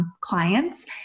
clients